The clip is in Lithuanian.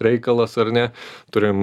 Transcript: reikalas ar ne turim